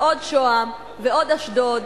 ועוד שוהם ועוד אשדוד,